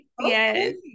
Yes